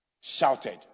shouted